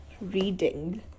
reading